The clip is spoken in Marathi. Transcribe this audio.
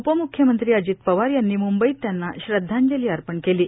उपम्ख्यमंत्री अजित पवार यांनी मुंबईत त्यांना श्रध्दांजली अर्पण केली आहे